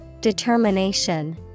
Determination